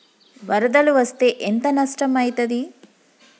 వరదలు వస్తే ఎంత నష్టం ఐతది?